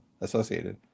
associated